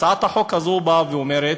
הצעת החוק הזו באה ואומרת: